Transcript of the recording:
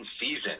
season